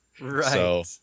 right